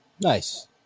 Nice